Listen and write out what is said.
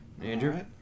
Andrew